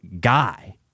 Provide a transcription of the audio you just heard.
guy